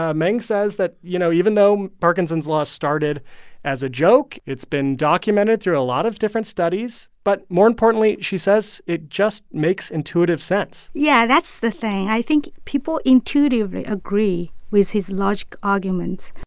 ah meng says that, you know, even though parkinson's law started as a joke, it's been documented through a lot of different studies. but more importantly, she says, it just makes intuitive sense yeah, that's the thing. i think people intuitively agree with his logic argument